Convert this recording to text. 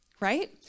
Right